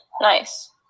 Nice